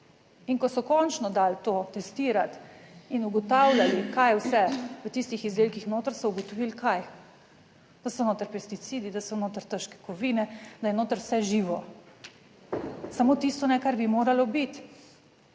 In ko so končno dali to testirati in ugotavljali, kaj je vse v tistih izdelkih noter, so ugotovili kaj? Da so noter pesticidi, da so noter težke kovine, da je noter vse živo, samo tisto ne, kar bi moralo biti.